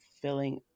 filling